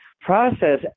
process